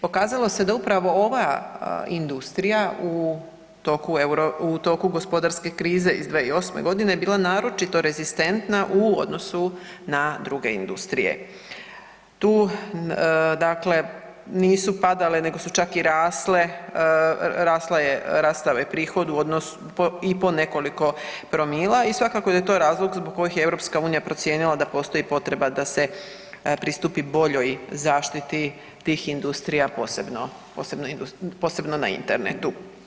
Pokazalo se da je upravo ova industrija u toku gospodarske krize iz 2008.g. bila naročito rezistentna u odnosu na druge industrije tu dakle nisu padale nego su čak i rasle, rastao je prihod i po nekoliko promila i svakako da je to razloga zbog kojih je EU procijenila da postoji potreba da se pristupi boljoj zaštiti tih industrija posebno na internetu.